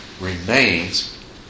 remains